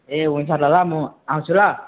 ए हुन्छ त ल म आउँछु ल